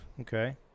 Okay